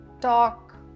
talk